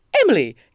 Emily